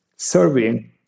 serving